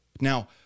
Now